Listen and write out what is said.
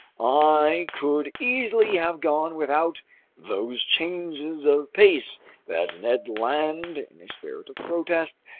i could easily have gone without those changes of pace that ned land, in a spirit of protest,